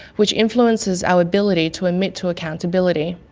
which influences our ability to admit to accountability.